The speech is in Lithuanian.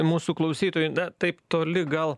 mūsų klausytojai na taip toli gal